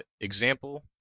example